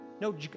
No